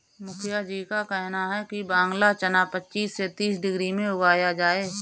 मुखिया जी का कहना है कि बांग्ला चना पच्चीस से तीस डिग्री में उगाया जाए